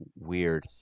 weird